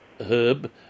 herb